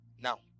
Now